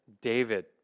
David